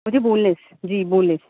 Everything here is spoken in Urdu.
مجھے بون لیس جی بون لیس